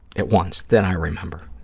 at once, that i remember.